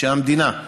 של המדינה.